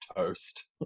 toast